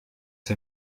der